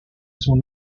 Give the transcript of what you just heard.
sont